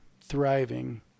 thriving